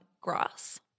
grass